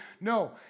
No